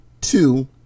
Two